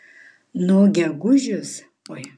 nuo gegužės vidurio nieko daugiau ir neveikiu tik grumiuosi su kitais